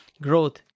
growth